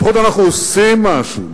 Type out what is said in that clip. לפחות אנחנו עושים משהו.